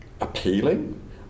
appealing